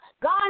God